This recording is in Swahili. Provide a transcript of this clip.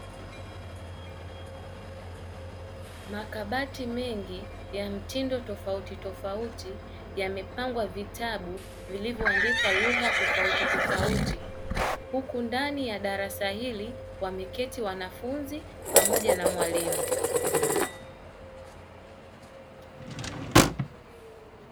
Makabati mengi ya mitindo tofauti tofauti ya mepangwa vitabu vilivyoandikwa lugha tofauti tofauti huku ndani ya darasa hili wameketi wanafunzi pamoja na mwalimu.